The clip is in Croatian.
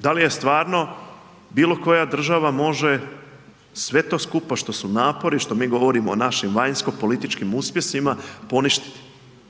Da li je stvarno bilo koja država može sve to skupa što su napori, što mi govorimo o našim vanjskopolitičkim uspjesima poništiti?